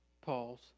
pause